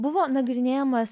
buvo nagrinėjamas